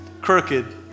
Crooked